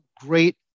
great